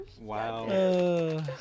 Wow